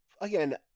again